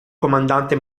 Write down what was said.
comandante